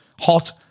hot